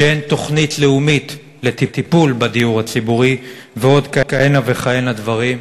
שאין תוכנית לאומית לטיפול בדיור הציבורי ועוד כהנה וכהנה דברים.